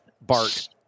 Bart